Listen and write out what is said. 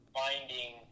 finding